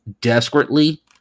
desperately